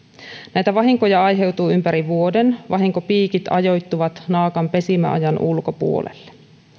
näitä vahinkoja aiheutuu ympäri vuoden vahinkopiikit ajoittuvat naakan pesimäajan ulkopuolelle